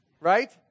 right